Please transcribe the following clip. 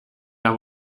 are